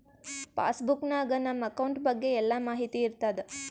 pass book ನಾಗ್ ನಮ್ account ಬಗ್ಗೆ ಎಲ್ಲಾ ಮಾಹಿತಿ ಇರ್ತಾದ